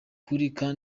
kandi